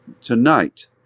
tonight